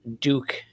Duke